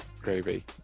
gravy